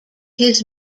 his